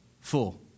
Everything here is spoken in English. full